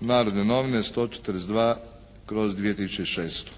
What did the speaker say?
“Narodne novine“ 142/2006.